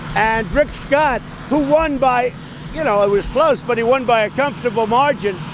and rick scott, who won by you know, it was close, but he won by a comfortable margin.